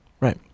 right